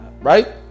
Right